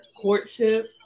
courtship